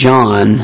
John